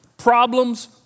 problems